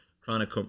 chronic